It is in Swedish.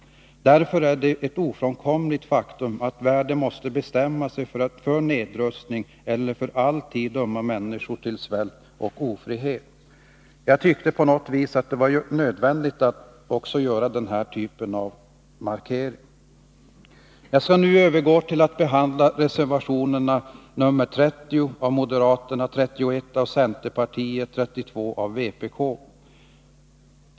Därför är det ett ofrånkomligt faktum att människor måste bestämma sig för nedrustning eller för att för all tid döma människor till svält och ofrihet. Jag tyckte att det var nödvändigt att också göra den här typen av markering. Jag skall nu övergå till att behandla reservationerna 30 av moderaterna, 31 av centerpartiet och 32 av vpk.